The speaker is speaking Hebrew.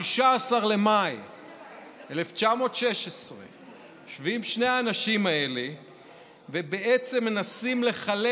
ב-16 במאי 1916. יושבים שני האנשים האלה ובעצם מנסים לחלק